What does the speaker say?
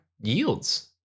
yields